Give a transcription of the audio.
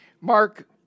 Mark